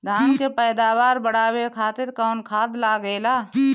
धान के पैदावार बढ़ावे खातिर कौन खाद लागेला?